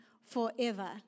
forever